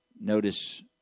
Notice